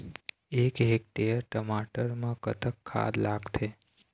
एक हेक्टेयर टमाटर म कतक खाद लागथे?